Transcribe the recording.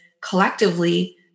collectively